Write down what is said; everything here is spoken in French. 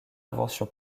invention